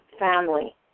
family